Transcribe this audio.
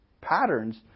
patterns